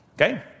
Okay